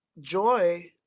joy